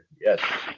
Yes